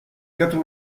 quatre